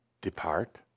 depart